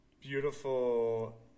beautiful